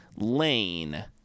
Lane